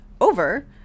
over